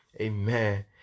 Amen